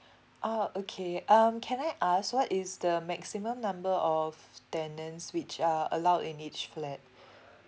oh okay um can I ask what is the maximum number of tenants which are allowed in each flat